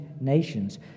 nations